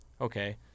Okay